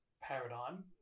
paradigm